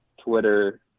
Twitter